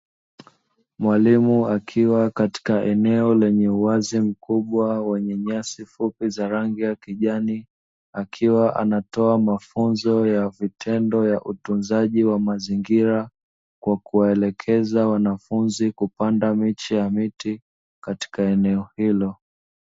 Mwalimu akiwa katika eneo lenye uwazi mkubwa lenye nyasi fupi za rangi ya kijani, akiwa anatoa mafunzo ya vitendo ya utunzaji wa mazingira kwa kuwaelekeza wanafunzi kupanda miche ya miti katika eneo hilo.